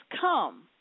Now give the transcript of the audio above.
come